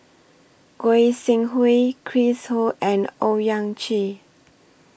Goi Seng Hui Chris Ho and Owyang Chi